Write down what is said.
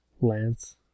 Lance